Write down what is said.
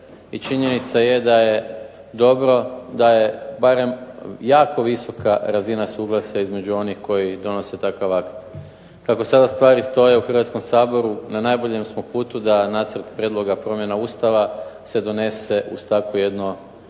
činjenica je da je dobro da je barem jako visoka razina suglasja između onih koji donose takav akt. Kako sada stvari stoje u Hrvatskom saboru na najboljem smo putu da nacrt prijedloga promjena Ustava se donese uz takvu jednu izrazitu